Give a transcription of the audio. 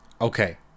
okay